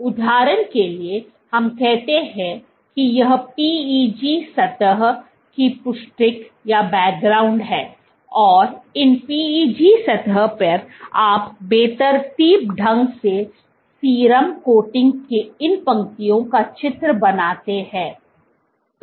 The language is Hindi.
तो उदाहरण के लिए हम कहते है कि यह PEG सतह की पृष्ठिका है और इन PEG सतह पर आप बेतरतीब ढंग से सीरम कोटिंग की इन पंक्तियों का चित्र बनाते हैं